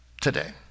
today